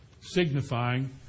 signifying